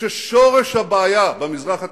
ששורש הבעיה במזרח התיכון,